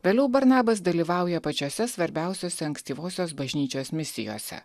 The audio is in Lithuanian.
vėliau barnabas dalyvauja pačiose svarbiausiose ankstyvosios bažnyčios misijose